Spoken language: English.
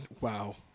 Wow